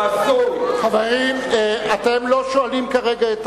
חיילי צה"ל, חברים, אתם לא שואלים כרגע.